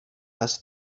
dass